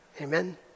Amen